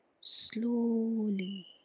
slowly